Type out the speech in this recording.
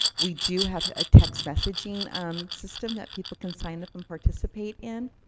we do have a text messaging um system that people can sign up and participate in.